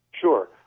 Sure